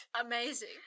Amazing